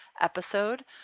episode